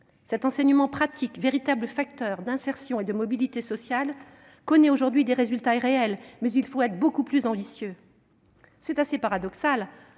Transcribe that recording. Cet enseignement pratique, véritable facteur d'insertion et de mobilité sociale, connaît aujourd'hui des résultats réels. Mais il faut être beaucoup plus ambitieux. C'est assez paradoxal